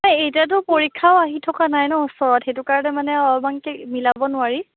এতিয়াতো পৰীক্ষাও আহি থকা নাই ন' ওচৰত সেইটো কাৰণে মানে অলপমান মিলাব নোৱাৰি